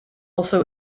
also